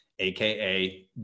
AKA